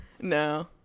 No